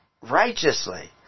righteously